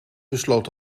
besloot